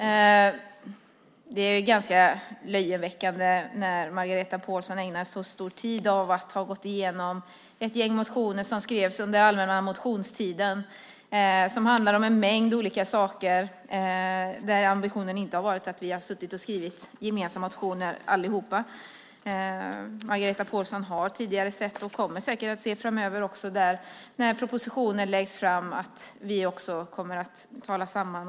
Herr talman! Det är ganska löjeväckande när Margareta Pålsson ägnar så mycket tid åt att hon gått igenom ett gäng motioner som skrevs under allmänna motionstiden som handlar om en mängd olika saker, där ambitionen inte har varit att vi allihopa har suttit och skrivit gemensamma motioner. Margareta Pålsson har tidigare sett och kommer säkert att se framöver också, när propositionen läggs fram, att vi kommer att tala oss samman.